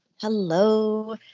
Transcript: Hello